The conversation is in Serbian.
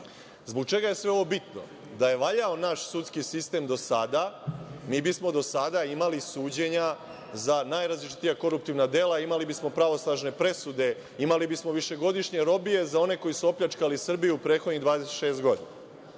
itd. Zbog čega je sve ovo bitno? Da je valjao naš sudski sistem do sada, mi bismo do sada imali suđenja za najrazličitija koruptivna dela, imali bismo pravosnažne presude, imali bismo višegodišnje robije za one koji su opljačkali Srbiju u prethodnih 26 godina.